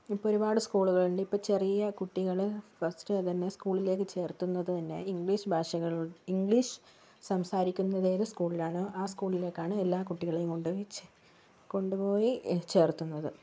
ഇപ്പൊൾ ഒരുപാട് സ്കൂളുകളുണ്ട് ഇപ്പൊൾ ചെറിയ കുട്ടികൾ ഫസ്റ്റ് തന്നെ സ്കൂളിലേക്ക് ചേർത്തുന്നത് തന്നെ ഇംഗ്ലീഷ് ഭാഷകൾ ഇംഗ്ലീഷ് സംസാരിക്കുന്നത് ഏത് സ്കൂളിലാണോ ആ സ്കൂളിലേക്കാണ് എല്ലാ കുട്ടികളെയും കൊണ്ട്പോയി ചേ കൊണ്ട്പോയി ചേർത്തുന്നത്